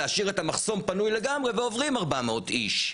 להשאיר את המחסום פנוי לגמרי ועוברים 400 איש.